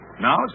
Now